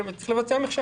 צריך לבצע מחשבה.